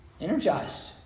energized